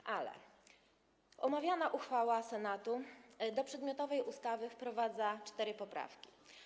W każdym razie omawiana uchwała Senatu do przedmiotowej ustawy wprowadza cztery poprawki.